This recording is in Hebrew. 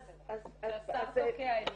משר הרווחה.